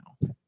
now